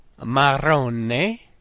Marrone